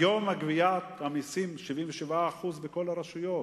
היום גביית המסים היא 77% בכל הרשויות,